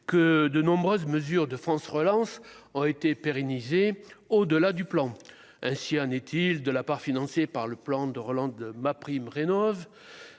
que de nombreuses mesures de France relance ont été au-delà du plan, ainsi en est-il de la part financée par le plan de relance de MaPrimeRénov'du